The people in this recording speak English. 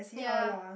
yeah